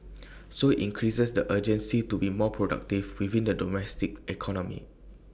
so IT increases the urgency to be more productive within the domestic economy